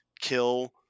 kill